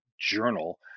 journal